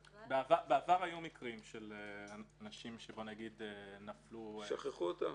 בעבר היו מקרים של אנשים שנפלו -- שכחו אותם?